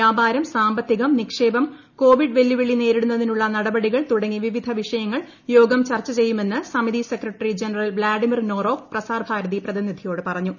വ്യാപാരം സാമ്പത്തികം നിക്ഷേപം കോവിഡ് വെല്ലുവിളി നേരിടുന്നതിനുള്ള നടപടികൾ തുടങ്ങി വിവിധ വിഷയങ്ങൾ യോഗം ചർച്ച ചെയ്യുമെന്ന് എന്ന് സമിതി സെക്രട്ടറി ജനറൽ വ്ളാഡിമിർ നോറോവ് പ്രസാർഭാരതി പ്രതിനിധിയോട് പറഞ്ഞു